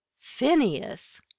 Phineas